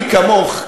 אני כמוך,